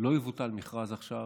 לא יבוטל מכרז עכשיו.